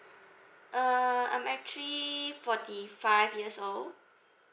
uh I'm actually forty five years old